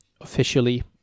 officially